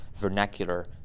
vernacular